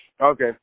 Okay